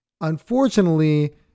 Unfortunately